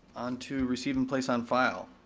onto receiving place on file.